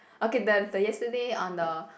okay the the yesterday on the